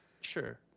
Sure